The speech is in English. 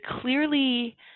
clearly